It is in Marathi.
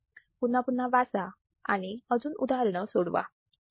पुन्हा पुन्हा वाचा आणि अजून उदाहरण सोडवा ठीक आहे